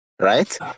right